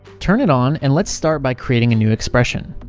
turn it on and let's start by creating a new expression.